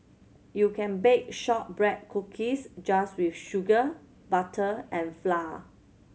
you can bake shortbread cookies just with sugar butter and flour